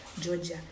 Georgia